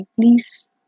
please